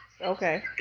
Okay